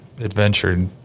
adventure